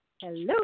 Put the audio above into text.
Hello